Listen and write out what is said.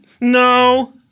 no